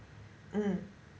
mm